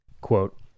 Quote